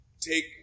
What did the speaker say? take